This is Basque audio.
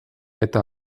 eta